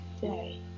day